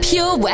Pure